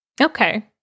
Okay